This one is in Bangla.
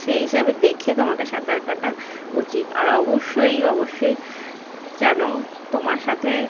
সেই হিসাবে দেখে তোমাকে সাঁতার কাটা উচিত আর অবশ্যই অবশ্যই যেন তোমার সাথে